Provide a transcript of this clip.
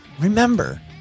remember